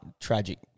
Tragic